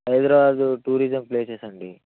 Hyderabad tourism places అండి